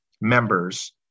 members